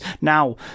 Now